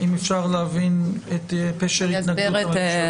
אם אפשר להבין את פשר התנגדות הממשלה.